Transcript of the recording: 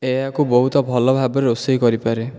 ଏହାକୁ ବହୁତ ଭଲ ଭାବେରେ ରୋଷେଇ କରିପାରେ